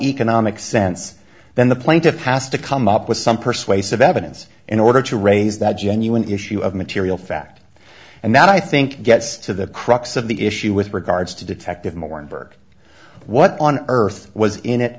economic sense then the plaintiff has to come up with some persuasive evidence in order to raise that genuine issue of material fact and that i think gets to the crux of the issue with regards to detective moore and berg what on earth was in it